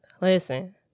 Listen